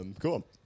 Cool